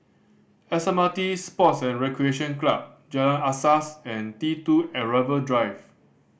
S M R T Sports and Recreation Club Jalan Asas and T Two Arrival Drive